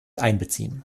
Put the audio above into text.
einbeziehen